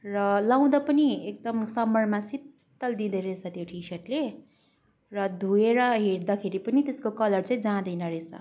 र लाउँदा पनि एकदम समरमा शितल दिँदो रहेछ त्यो टी सर्टले र धोएर हेर्दाखेरि पनि त्यसको कलर चाहिँ जाँदैन रहेछ